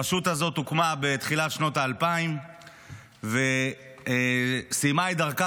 הרשות הזאת הוקמה בתחילת שנות האלפיים וסיימה את דרכה